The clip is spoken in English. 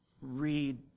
read